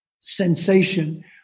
sensation